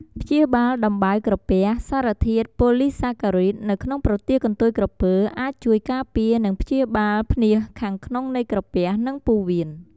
ព្យាបាលដំបៅក្រពះ សារធាតុ "ប៉ូលីសាការីដ" នៅក្នុងប្រទាលកន្ទុយក្រពើអាចជួយការពារ និងព្យាបាលភ្នាសខាងក្នុងនៃក្រពះ និងពោះវៀន។